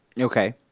Okay